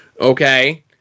Okay